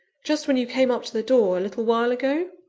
just when you came up to the door, a little while ago?